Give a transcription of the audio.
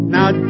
Now